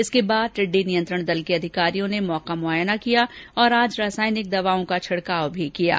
इसके बाद टिड़डी नियंत्रण दल के अधिकारियों ने मौका मुआयना किया और आज रसायनिक दवाओं का छिडकाव भी किया गया